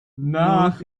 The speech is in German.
nach